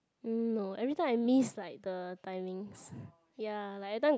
mm no every time I miss like the timings ya like every time got